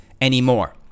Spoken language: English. anymore